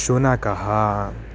शुनकः